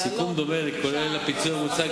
סיכום דומה לפיצוי המוצע,